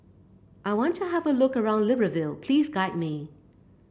I want to have a look around Libreville please guide me